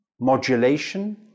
modulation